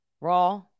raw